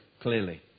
clearly